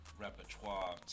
repertoire